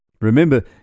Remember